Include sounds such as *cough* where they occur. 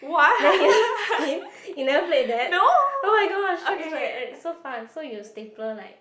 then *noise* you you you never play that oh-my-gosh it's like eh so fun so you stapler like